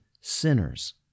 sinners